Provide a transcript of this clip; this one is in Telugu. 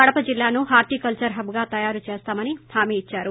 కడప జిల్లాను హార్టికల్చర్ హబ్గా తయారు చేస్తామని హామీ ఇద్సారు